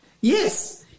yes